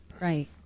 right